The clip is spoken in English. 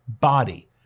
body